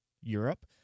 Europe